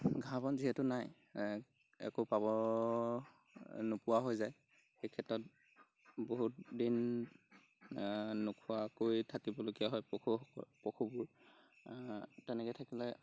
ঘাঁহ বন যিহেতু নাই একো পাব নোপোৱা হৈ যায় সেই ক্ষেত্ৰত বহুতদিন নোখোৱাকৈ থাকিবলগীয়া হয় পশুসকল পশুবোৰ তেনেকৈ থাকিলে